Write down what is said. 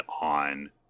on